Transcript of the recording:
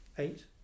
Eight